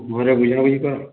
ଘରେ ବୁଝା ବୁଝି କର